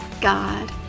God